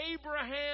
Abraham